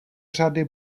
řady